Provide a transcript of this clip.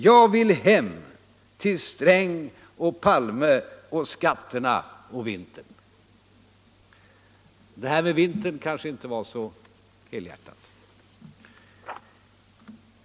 Jag vill hem till Sträng och Palme och skatterna och vintern!” Det här med vintern kanske inte var så helhjärtat.